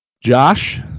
Josh